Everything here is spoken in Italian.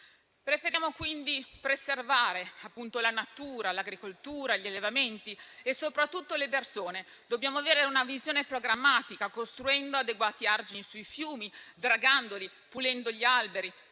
Preferiamo quindi preservare la natura, l'agricoltura, gli allevamenti e, soprattutto, le persone. Dobbiamo avere una visione programmatica, costruendo adeguati argini sui fiumi, dragandoli, e pulendo gli alberi,